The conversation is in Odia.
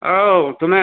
ହଉ ତୁମେ